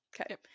Okay